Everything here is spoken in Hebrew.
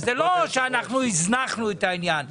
זה לא שהזנחנו את העניין.